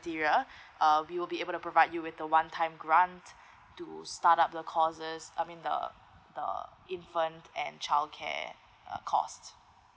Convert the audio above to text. uh we will be able to provide you with the one time grant to start up the costs I means the the infant and childcare err cost